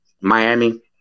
Miami